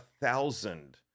thousand